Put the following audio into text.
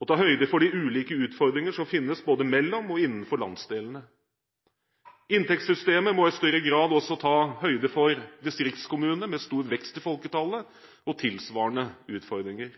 og ta høyde for de ulike utfordringene som finnes både mellom og innenfor landsdelene. Inntektssystemet må i større grad også ta høyde for distriktskommuner med stor vekst i folketallet og tilsvarende utfordringer.